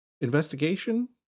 Investigation